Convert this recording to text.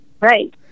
Right